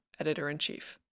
Editor-in-Chief